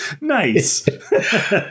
Nice